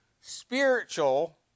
spiritual